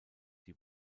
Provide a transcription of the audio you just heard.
die